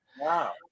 Wow